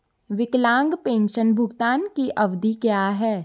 विकलांग पेंशन भुगतान की अवधि क्या है?